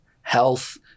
health